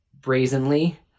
brazenly